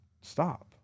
stop